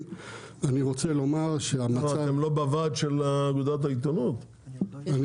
ואני רוצה לומר שהמצב --- אתם לא בוועד של אגודת העיתונות?